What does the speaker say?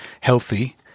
healthy